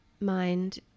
mind